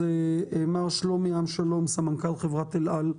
מר שלומי עם שלום, סמנכ"ל חברת אל על,